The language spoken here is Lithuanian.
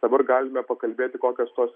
dabar galime pakalbėti kokios tos